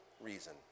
reason